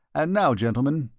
and now, gentlemen,